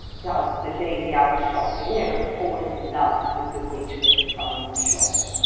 does the lady out shopping ever fall in love with the waiter at the bun-shop?